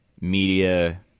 media